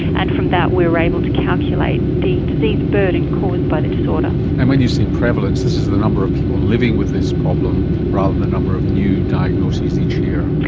and from that we were able to calculate the disease burden caused by the disorder. and when you say prevalence, this is the number of people living with this problem rather than the number of new diagnoses each year.